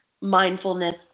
mindfulness